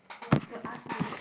you have to ask me